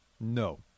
No